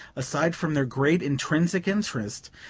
aside from their great intrinsic interest,